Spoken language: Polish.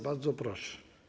Bardzo proszę.